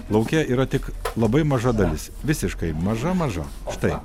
lauke yra tik labai maža dalis visiškai maža maža štai